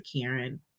Karen